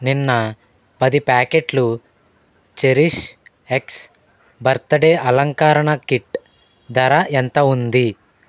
నిన్న పది ప్యాకెట్లు చెరిష్ ఎక్స్ బర్త్డే అలంకరణ కిట్ ధర ఎంత ఉంది